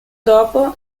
dopo